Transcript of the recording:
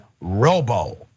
Robo